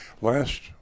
last